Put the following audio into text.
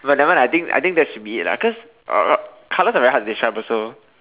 but nevermind lah I think I think that should be it lah cause uh uh colours are very hard to describe also